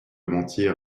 mentir